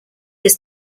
his